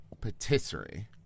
patisserie